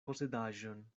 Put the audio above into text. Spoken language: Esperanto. posedaĵon